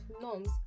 norms